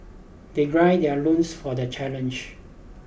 they grind their loins for the challenge